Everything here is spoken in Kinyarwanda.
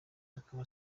akaba